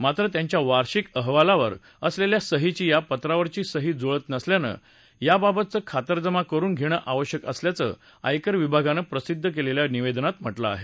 मात्र त्यांच्या वार्षिक अहवालावर असलेल्या सहीची या पत्रावरची सही जुळत नसल्यानं त्याबाबत खातरजाम करुन घेणं आवश्यक असल्याचं आयकर विभागानं प्रसिद्ध केलेल्या निवेदनात म्हटलं आहे